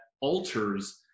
alters